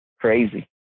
crazy